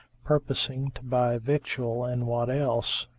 purposing to buy victual and what else,